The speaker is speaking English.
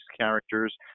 characters